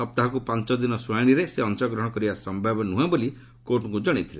ସପ୍ତାହକୁ ପାଞ୍ଚ ଦିନ ଶୁଣାଣିରେ ସେ ଅଂଶଗ୍ରହଣ କରିବା ସମ୍ଭବ ନୁହେଁ ବୋଲି କୋର୍ଟଙ୍କୁ ଜଣାଇଥିଲେ